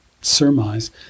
surmise